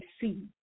see